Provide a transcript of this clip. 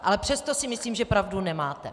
Ale přesto si myslím, že pravdu nemáte.